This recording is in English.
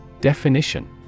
Definition